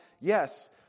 Yes